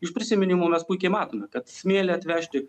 iš prisiminimų mes puikiai matome kad smėlį atvežti